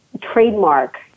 trademark